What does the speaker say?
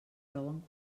plouen